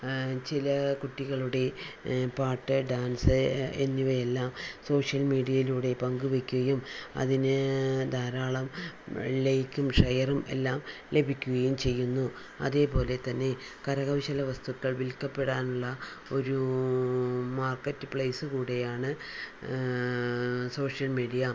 ചില കുട്ടികളുടെ പാട്ട് ഡാൻസ് എന്നിവയെല്ലാം സോഷ്യൽ മീഡിയയിലൂടെ പങ്കുവെക്കുകയും അതിന് ധാരാളം ലൈക്കും ഷെയറും എല്ലാം ലഭിക്കുകയും ചെയ്യുന്നു അതേപോലെതന്നെ കരകൗശല വസ്തുക്കൾ വിൽക്കപ്പെടാൻ ഉള്ള ഒരു മാർക്കറ്റ് പ്ലേസ് കൂടിയാണ് സോഷ്യൽ മീഡിയ